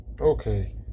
Okay